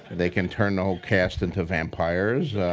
they can turn the whole cast into vampires.